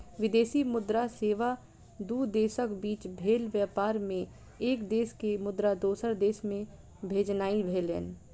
विदेशी मुद्रा सेवा दू देशक बीच भेल व्यापार मे एक देश के मुद्रा दोसर देश मे भेजनाइ भेलै